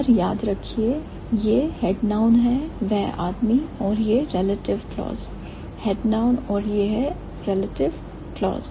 पर याद रखिए यह head noun है वह आदमी है और यह relative clause head noun और अब यह relative clause